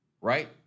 right